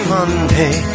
Monday